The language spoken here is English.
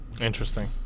Interesting